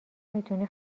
میتونی